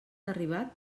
arribat